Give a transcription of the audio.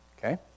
Okay